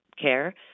care